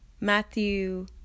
matthew